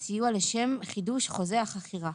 ראש מנה"ר זה יחידת הרכש של משרד הביטחון,